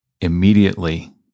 immediately